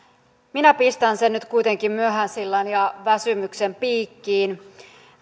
minä pistän sen nyt kuitenkin myöhäisillan ja väsymyksen piikkiin